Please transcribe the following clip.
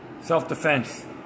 self-defense